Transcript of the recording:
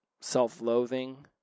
self-loathing